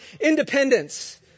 independence